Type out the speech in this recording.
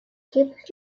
keep